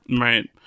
right